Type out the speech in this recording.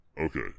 Okay